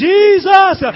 Jesus